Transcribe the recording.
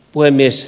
puhemies